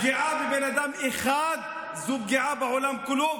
פגיעה בבן אדם אחד היא פגיעה בעולם כולו,